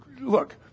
look